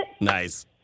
Nice